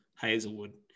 Hazelwood